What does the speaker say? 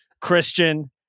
Christian